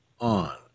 on